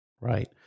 Right